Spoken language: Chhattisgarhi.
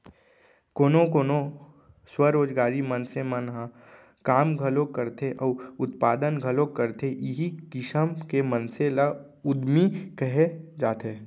कोनो कोनो स्वरोजगारी मनसे मन ह काम घलोक करथे अउ उत्पादन घलोक करथे इहीं किसम के मनसे ल उद्यमी कहे जाथे